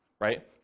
right